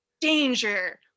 danger